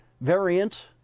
variant